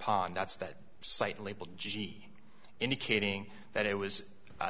pond that's that site labelled g indicating that it was